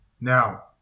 Now